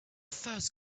first